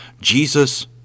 Jesus